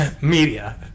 media